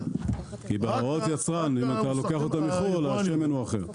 בהוראות יצרן, השמן הוא אחר.